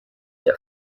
der